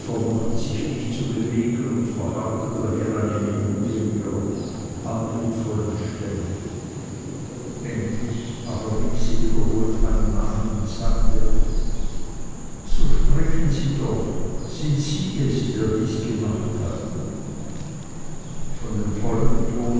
sich nicht zu bewegen und verharrte daher eine minute in ihrer anmutvollen stellung endlich rief sie wiederholt meinen namen und sagte so sprechen sie doch sind sie es der dies gemacht hat von dem vollen ton